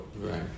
Right